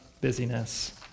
busyness